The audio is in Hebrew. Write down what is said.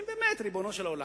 באמת, ריבונו של עולם.